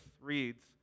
reads